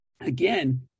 again